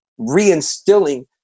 reinstilling